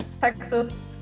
texas